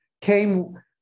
came